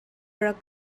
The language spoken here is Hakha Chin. rak